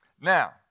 Now